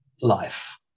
life